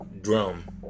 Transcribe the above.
drum